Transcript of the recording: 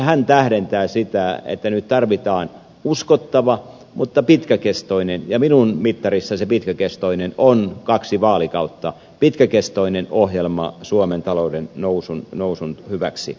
ihalainen tähdentää sitä että nyt tarvitaan uskottava mutta pitkäkestoinen ohjelma suomen talouden nousun hyväksi ja minun mittarissani se pitkäkestoinen on kaksi vaalikautta pitkäkestoinen ohjelmaa suomen talouden nousun nousun hyväksi